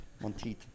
Monteith